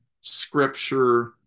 scripture